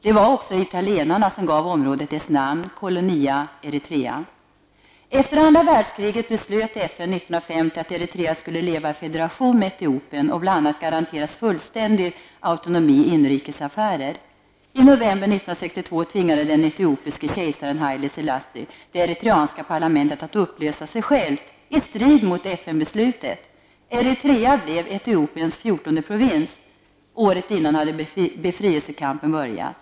Det var också italienarna som gav området dess namn, Efter andra världskriget beslöt FN 1950 att Eritrea skulle leva i federation med Etiopien och bl.a. Haile Selassie det eritreanska parlamentet att upplösa sig självt i strid mot FN-beslutet. Eritrea blev Etiopiens fjortonde provins. Året innan hade befrielsekampen börjat.